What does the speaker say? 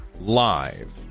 live